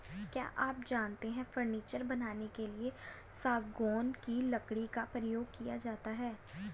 क्या आप जानते है फर्नीचर बनाने के लिए सागौन की लकड़ी का उपयोग किया जाता है